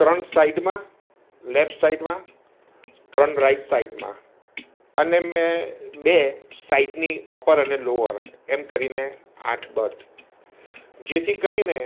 ત્રણ સાઇડમાં લેફ્ટ સાઇડમાં ત્રણ રાઇટ સાઇડમાં અને મેં બે સાઈડની અપર અને લોવર એમ કરીને આઠ બર્થ જેથી કરીને